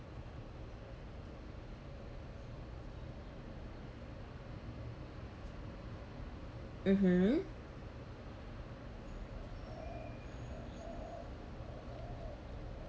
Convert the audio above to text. mmhmm